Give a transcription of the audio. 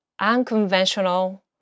unconventional